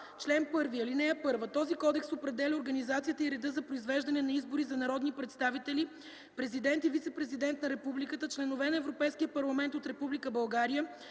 чл. 1: „Обхват Чл. 1 (1) Този кодекс определя организацията и реда за произвеждане на избори за народни представители, президент и вицепрезидент на републиката, членове на Европейския парламент от Република България,